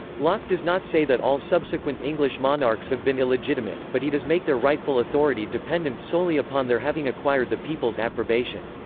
locke does not say that all subsequent english monarchs have been illegitimate, but he does make their rightful authority dependent solely upon their having acquired the people's approbation.